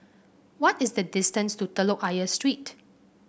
what is the distance to Telok Ayer Street